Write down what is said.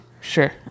Sure